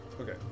Okay